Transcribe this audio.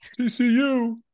TCU